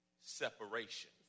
separation